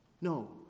no